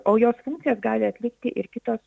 o jos funkcijas gali atlikti ir kitos